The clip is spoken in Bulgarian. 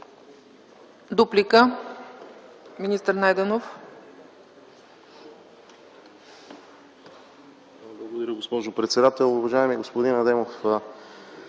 Дуплика – министър Найденов.